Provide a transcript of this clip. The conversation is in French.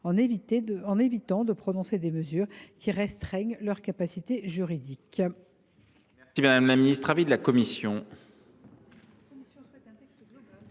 d’éviter de prononcer des mesures qui restreignent leur capacité juridique.